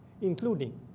including